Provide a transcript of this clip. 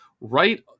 right